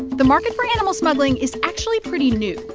the market for animal smuggling is actually pretty new,